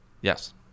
Yes